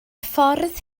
ffordd